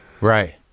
Right